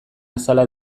azala